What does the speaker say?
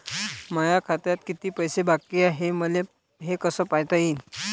माया खात्यात कितीक पैसे बाकी हाय हे कस पायता येईन?